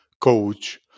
coach